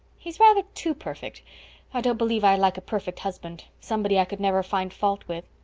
he's rather too perfect i don't believe i'd like a perfect husband somebody i could never find fault with.